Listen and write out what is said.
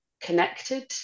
connected